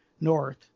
north